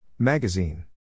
Magazine